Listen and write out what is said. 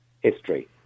history